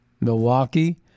milwaukee